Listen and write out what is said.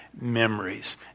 memories